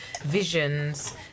visions